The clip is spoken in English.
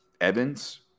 Evans